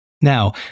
Now